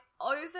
over